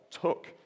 took